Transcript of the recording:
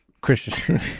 Christian